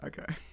Okay